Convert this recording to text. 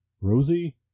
Rosie